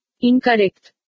Incorrect